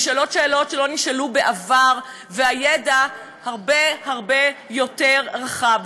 נשאלות שאלות שלא נשאלו בעבר והידע הרבה הרבה יותר רחב.